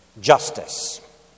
justice